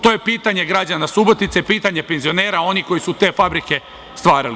To je pitanje građana Subotice, pitanje penzionera, onih koji su te fabrike stvarali.